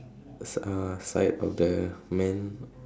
a s~ uh side of the man